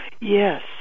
Yes